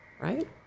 Right